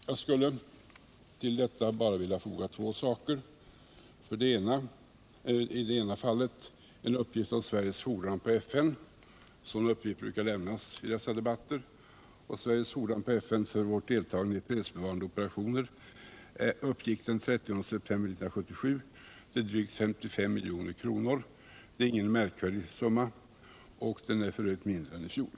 Jag skulle till detta bara vilja foga två saker. Det första är en uppgift om Sveriges fordran på FN — sådana uppgifter brukar lämnas vid dessa debatter. Sveriges fordran på FN för vårt deltagande i fredsbevarande operationer uppgick den 30 september 1977 till drygt 55 milj.kr. Det är ingen märkvärdig TR oy utrikesdepartemensumma, den är f. ö. mindre än i fjol.